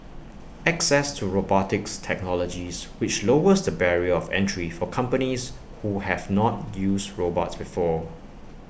access to robotics technologies which lowers the barrier of entry for companies who have not used robots before